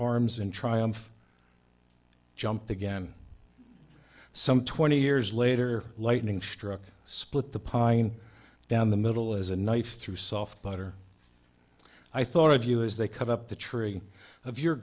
arms in triumph jumped again some twenty years later lightning struck split the pine down the middle as a knife through soft butter i thought of you as they cut up the tree of your